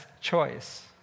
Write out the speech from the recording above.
choice